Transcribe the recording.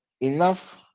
Enough